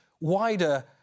wider